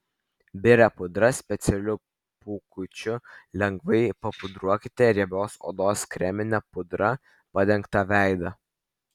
biria pudra specialiu pūkučiu lengvai papudruokite riebios odos kremine pudra padengtą veidą